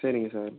சரிங்க சார்